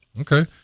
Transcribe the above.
Okay